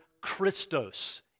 Christos